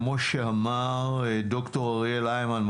כמו שאמר ד"ר אריאל היימן,